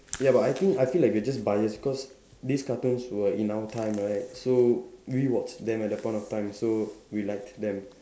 ya but I think I feel like we are just bias cause these cartoons were in our time right so we watch them at the point of time so we like them